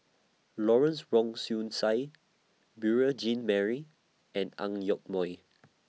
Lawrence Wong Shyun Tsai Beurel Jean Marie and Ang Yoke Mooi